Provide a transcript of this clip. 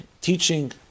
teaching